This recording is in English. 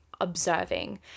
observing